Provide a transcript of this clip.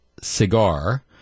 cigar